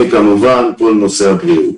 כמובן גם כל נושא הבריאות.